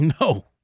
No